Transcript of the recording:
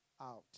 out